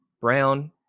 Brown